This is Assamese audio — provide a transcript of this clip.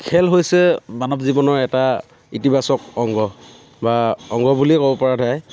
খেল হৈছে মানৱ জীৱনৰ এটা ইতিবাচক অংগ বা অংগ বুলিয়েই ক'ব পৰা যায়